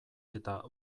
eta